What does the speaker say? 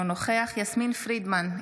אינו נוכח יסמין פרידמן,